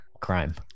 crime